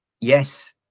yes